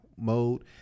mode